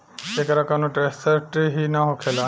एकर कौनो टेसट ही ना होखेला